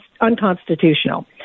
unconstitutional